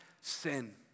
sin